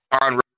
on